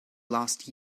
last